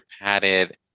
padded